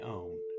own